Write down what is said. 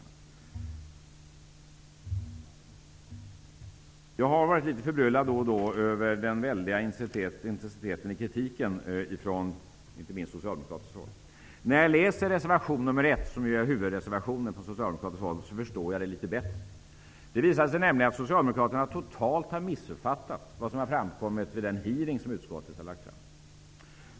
Jag har då och då varit litet förbryllad över den väldiga intensiteten i kritiken, inte minst från socialdemokratiskt håll. Efter att ha läst reservation nr 1, som är Socialdemokraternas huvudreservation, förstår jag det litet bättre. Det visar sig nämligen att Socialdemokraterna totalt har missuppfattat vad som framkom vid den hearing som utskottet lade fram.